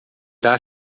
irá